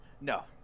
no